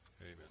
Amen